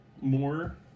more